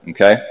okay